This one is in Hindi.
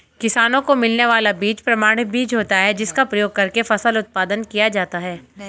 किसानों को मिलने वाला बीज प्रमाणित बीज होता है जिसका प्रयोग करके फसल उत्पादन किया जाता है